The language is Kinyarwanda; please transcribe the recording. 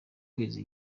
kwezi